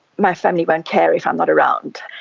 my family won't care if i'm not around.